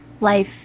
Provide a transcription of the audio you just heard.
Life